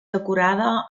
decorada